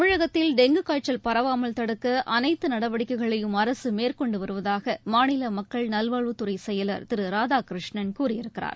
தமிழகத்தில் டெங்கு காய்ச்சல் பரவாமல் தடுக்க அனைத்து நடவடிக்கைகளையும் அரசு மேற்கொண்டு வருவதாக மாநில மக்கள் நல்வாழ்வுத்துறை செயலா் திரு ராதாகிருஷ்ணன் கூறியிருக்கிறார்